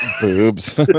boobs